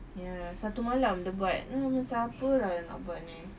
ya satu malam dia buat mm macam apa lah dia nak buat ini